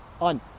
on